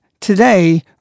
Today